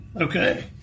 Okay